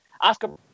Oscar